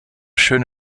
schön